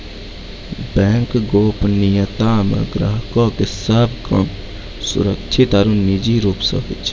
bank गोपनीयता मे ग्राहको के सभ काम सुरक्षित आरु निजी रूप से होय छै